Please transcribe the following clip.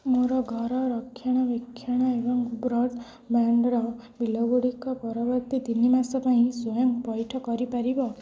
ମୋର ଘର ରକ୍ଷଣାବେକ୍ଷଣ ଏବଂ ବ୍ରଡ଼୍ବ୍ୟାଣ୍ଡ୍ର ବିଲଗୁଡ଼ିକ ପରବର୍ତ୍ତୀ ତିନିମାସ ପାଇଁ ସ୍ଵୟଂ ପଇଠ କରି ପାରିବ